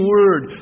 Word